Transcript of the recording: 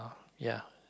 ya